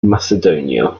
macedonia